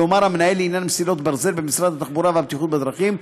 כלומר המנהל לעניין מסילות ברזל במשרד התחבורה והבטיחות בדרכים.